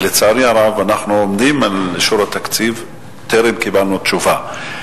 לצערי הרב אנחנו עומדים ערב אישור התקציב וטרם קיבלנו תשובה.